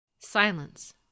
Silence